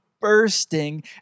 bursting